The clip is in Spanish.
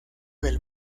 del